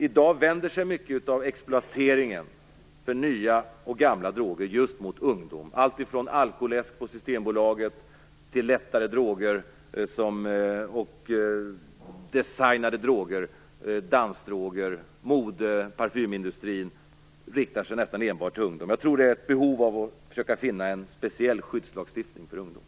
I dag riktar sig mycket av exploateringen av nya och gamla droger just mot ungdom. Samma gäller allt ifrån alkoläsk på Systembolaget till lättare och designade droger, dansdroger och produkter från modeoch parfymindustrin. Jag tror att det behövs en speciell skyddslagstiftning för ungdom.